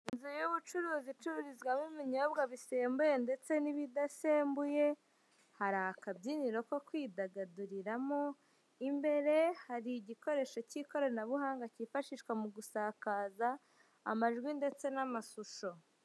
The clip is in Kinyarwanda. Inzu y'ubucuruzi icururizwamo ibinyobwa bisembuye ndetse n'ibidasembuye, hari akabyiniro ko kwidagaduriramo, imbere hari igikoresho cy'ikoranabuhanga kifashishwa mu gusakaza amajwi ndetse n'amashusho.